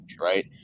right